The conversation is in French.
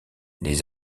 les